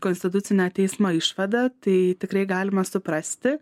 konstitucinio teismo išvada tai tikrai galima suprasti